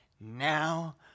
Now